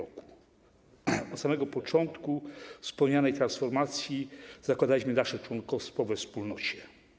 Od samego początku wspomnianej transformacji zakładaliśmy nasze członkostwo we Wspólnocie.